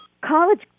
college